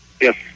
Yes